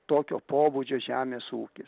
tokio pobūdžio žemės ūkis